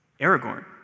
Aragorn